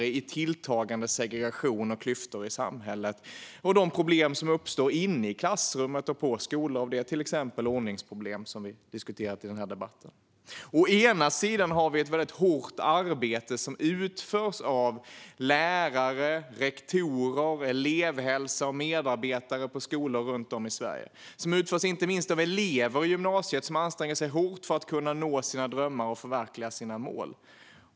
Det handlar om tilltagande segregation och klyftor i samhället och de problem som uppstår inne i klassrummet och på skolor, till exempel ordningsproblem som vi har diskuterat i denna debatt. Å ena sidan har vi ett mycket hårt arbete som utförs av lärare, rektorer, elevhälsa och medarbetare på skolor runt om i Sverige, och inte minst av elever i gymnasiet som anstränger sig hårt för att kunna nå sina drömmar och förverkliga sina mål.